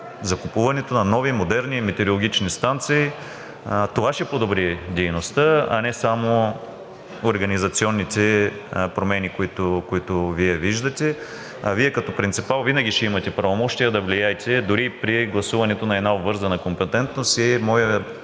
закупуване на нови, модерни метеорологични станции. Това ще подобри дейността, а не само организационните промени, които Вие виждате. Като принципал винаги ще имате правомощия да влияете дори и при гласуването на една обвързана компетентност. Моят